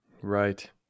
Right